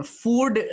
food